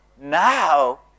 now